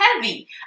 heavy